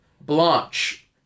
blanche